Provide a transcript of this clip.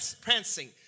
prancing